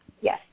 Yes